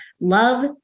Love